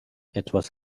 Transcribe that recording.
etwas